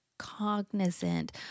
cognizant